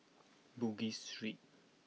Bugis Street